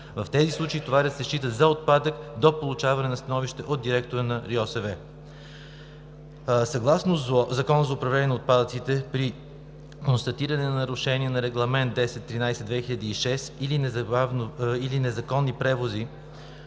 В тези случаи товарът се счита за отпадък до получаване на становище от директора на РИОСВ. Съгласно Закона за управление на отпадъците при констатиране на нарушения на Регламент № 1013/2006 г. или незаконни превози,